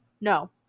no